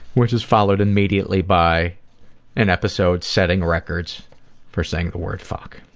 which is followed immediately by an episode setting records for saying the word fuck.